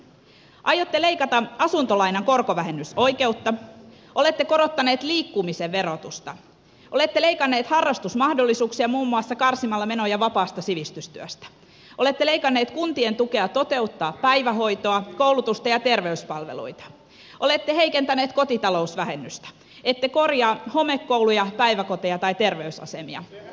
aiotte leikata asuntolainan korkovähennysoikeutta olette korottaneet liikkumisen verotusta olette leikanneet harrastusmahdollisuuksia muun muassa karsimalla menoja vapaasta sivistystyöstä olette leikanneet kuntien tukea toteuttaa päivähoitoa koulutusta ja terveyspalveluita olette heikentäneet kotitalousvähennystä ette korjaa homekouluja päiväkoteja tai terveysasemia